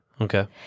Okay